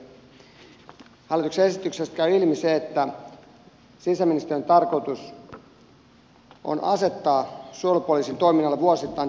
hallituksen esityksestä käy ilmi se että sisäministeriön tarkoitus on asettaa suojelupoliisin toiminnalle vuosittain tiedonhankintaprioriteetit